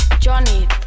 Johnny